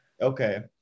okay